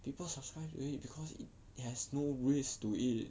people subscribe to it because it has no risk to it